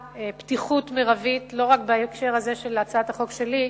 פתיחות מרבית לא רק בהקשר הזה של הצעת החוק שלי,